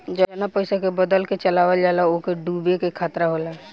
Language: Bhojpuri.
जवना पइसा के बदल के चलावल जाला ओके डूबे के खतरा होला